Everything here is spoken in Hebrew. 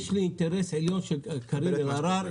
יש לי אינטרס עליון שקרין אלהרר,